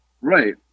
Right